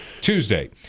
Tuesday